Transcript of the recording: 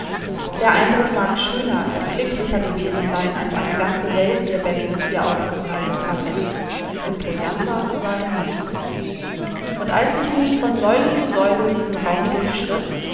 der eindruck mag schöner erquicklicher gewesen sein als eine ganze welt ihr bestes hier ausgebreitet hatte imposanter war er nicht und als ich nun von säule zu säule diesen raum